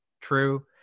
true